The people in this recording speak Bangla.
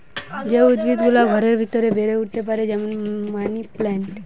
যে উদ্ভিদ গুলা ঘরের ভিতরে বেড়ে উঠতে পারে যেমন মানি প্লান্ট